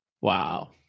Wow